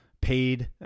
paid